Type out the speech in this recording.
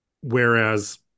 Whereas